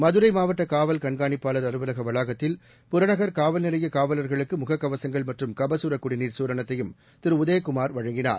மதுரை மாவட்ட காவல் கண்காணிப்பாள் அலுவலக வளாகத்தில் புறநகர் காவல் நிலைய காவலர்களுக்கு முக கவசங்கள் மற்றும் கபசுர குடிநீர் சூரணத்தையும் திரு உதயகுமார் வழங்கினார்